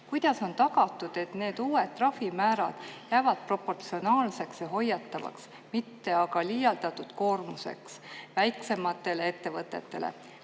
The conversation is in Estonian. kuidas on tagatud, et need uued trahvimäärad jäävad proportsionaalseks ja hoiatavaks, mitte aga liialdatud koormuseks väiksematele ettevõtetele?